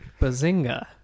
Bazinga